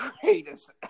greatest